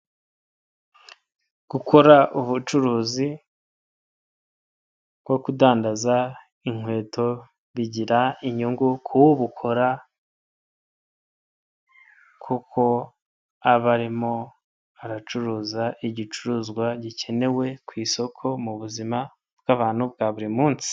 Gukora ubucuruzi bwo kudandaza inkweto bigira inyungu k'ubukora kuko aba arimo aracuruza igicuruzwa gikenewe ku isoko mu buzima bw'abantu bwa buri munsi.